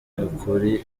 ukuri